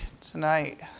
tonight